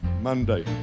Monday